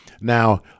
Now